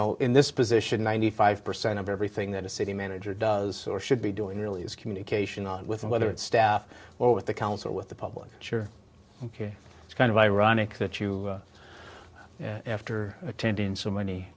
know in this position ninety five percent of everything that a city manager does or should be doing really is communication on with whether it's staff or with the council with the public sure ok it's kind of ironic that you after attending so many